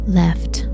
left